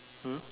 mm